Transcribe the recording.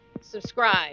subscribe